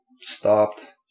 stopped